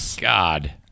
God